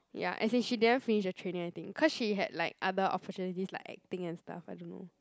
ya as in she didn't finish the training I think cause she had like other opportunities like acting and stuff I don't know